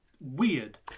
weird